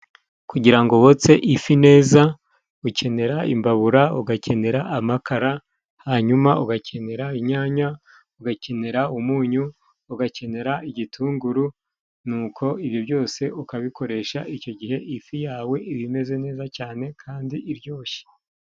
Kugira ngo wotse ifi neza ukenera imbabura, ugakenera amakara, hanyuma ugakenera inyanya ,ugakenera umunyu, ugakenera igitunguru ,nuko ibyo byose ukabikoresha icyo gihe ifi yawe iba imeze neza cyane kandi iryoshe.